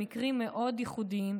במקרים מאוד ייחודיים,